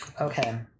Okay